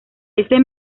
este